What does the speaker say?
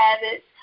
habits